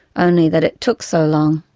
only that it took so long.